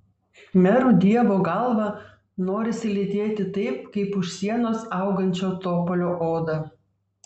khmerų dievo galvą norisi lytėti taip kaip už sienos augančio topolio odą